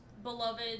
beloved